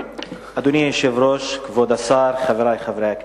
אדוני היושב-ראש, כבוד השר, חברי חברי הכנסת,